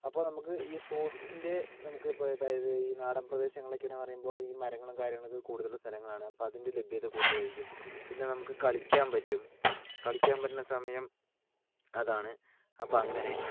അപ്പോൾ നമുക്ക് ഈ ഫ്രൂട്ട്സിൻ്റെ നമുക്കിപ്പൊ ഇതായത് ഈ നാടൻ പ്രദേശങ്ങളൊക്കെയാണ് പറയുമ്പോ ഈ മരണങ്ങളും കാര്യങ്ങളൊക്കെ കൂടുതലുള്ള സ്ഥലങ്ങളാണ് അപ്പൊ അതിൻ്റെ ലഭ്യത കൂടുതലായിരിക്കും പിന്നെ നമുക്ക് കളിക്കാൻ പറ്റും കളിക്കാൻ പറ്റണ സമയം അതാണ് അപ്പോൾ അങ്ങനെ